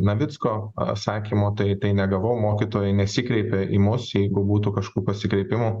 navicko sakymo tai tai negavau mokytojai nesikreipė į mus jeigu būtų kažkių pasikreipimų